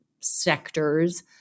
Sectors